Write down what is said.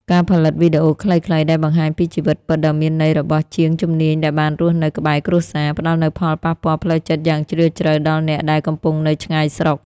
ការផលិតវីដេអូខ្លីៗដែលបង្ហាញពីជីវិតពិតដ៏មានន័យរបស់ជាងជំនាញដែលបានរស់នៅក្បែរគ្រួសារ ផ្ដល់នូវផលប៉ះពាល់ផ្លូវចិត្តយ៉ាងជ្រាលជ្រៅដល់អ្នកដែលកំពុងនៅឆ្ងាយស្រុក។